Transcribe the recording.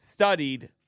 Studied